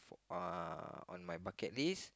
uh on my bucket list